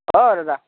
অ' দাদা